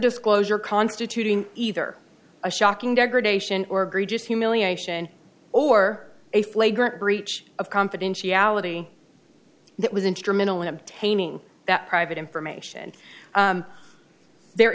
disclosure constituting either a shocking degradation or greed just humiliation or a flagrant breach of confidentiality that was instrumental in obtaining that private information there